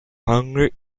hungry